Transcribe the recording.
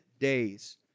days